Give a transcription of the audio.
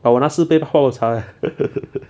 哇我那四杯泡泡茶